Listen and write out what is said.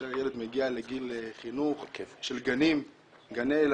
שכאשר ילד מגיע לגיל חינוך של גני ילדים,